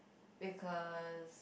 because